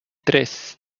tres